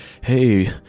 Hey